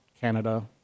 Canada